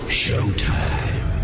showtime